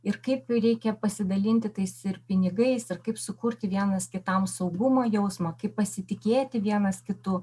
ir kaip reikia pasidalinti tais ir pinigais ir kaip sukurti vienas kitam saugumo jausmą kaip pasitikėti vienas kitu